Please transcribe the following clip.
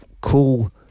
cool